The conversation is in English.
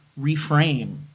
reframe